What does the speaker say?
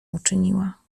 uczyniła